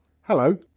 Hello